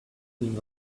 thing